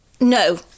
No